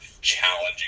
challenging